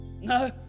No